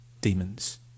demons